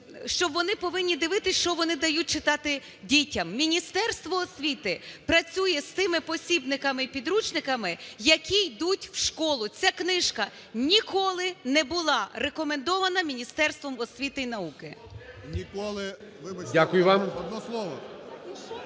що вони повинні дивитися, що вони дають читати дітям. Міністерство освіти працює з тими посібниками і підручниками, які йдуть в школу. Ця книжка ніколи не була рекомендована Міністерством освіти і науки. (Шум